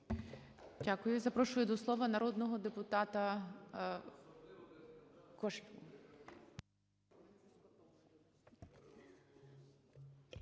Дякую. Я запрошую до слова народного депутата Лещенка.